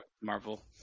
marvel